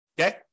Okay